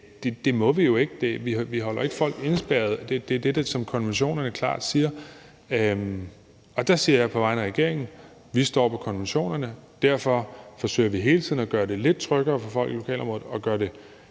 må vi jo ikke. Vi holder jo ikke folk indespærret. Det er det, som konventionerne klart siger. Der siger jeg på vegne af regeringen: Vi står på konventionerne, og derfor forsøger vi hele tiden at gøre det lidt tryggere for folk i lokalområdet og gøre det